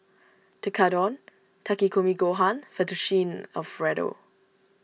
Tekkadon Takikomi Gohan Fettuccine Alfredo